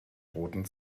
roten